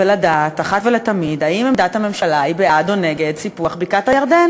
ולדעת אחת ולתמיד אם עמדת הממשלה היא בעד או נגד סיפוח בקעת-הירדן.